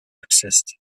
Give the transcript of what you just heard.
exist